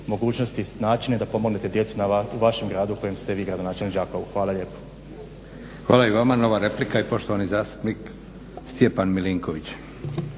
mogućnosti i načine da pomognete djeci u vašem gradu u kojem ste vi gradonačelnik, Đakovu. Hvala lijepa. **Leko, Josip (SDP)** Hvala i vama. Nova replika i poštovani zastupnik Stjepan Milinković.